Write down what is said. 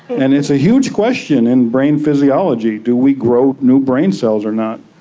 and it's a huge question in brain physiology do we grow new brain cells or not?